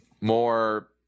more